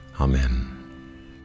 Amen